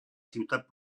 ciutat